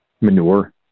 manure